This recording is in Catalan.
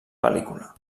pel·lícula